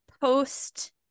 post